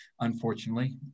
unfortunately